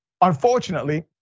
Unfortunately